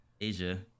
Asia